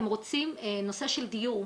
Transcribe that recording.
הם רוצים נושא של דיור,